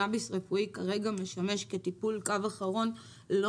קנביס רפואי כרגע משמש כטיפול קו אחרון לא